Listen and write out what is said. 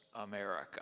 America